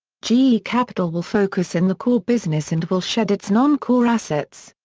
ge capital will focus in the core business and will shed its non-core assets.